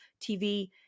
TV